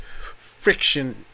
friction